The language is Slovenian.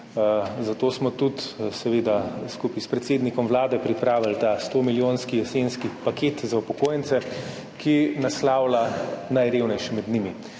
Zato smo tudi skupaj s predsednikom Vlade pripravili ta 100-milijonski jesenski paket za upokojence, ki naslavlja najrevnejše med njimi.